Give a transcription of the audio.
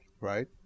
right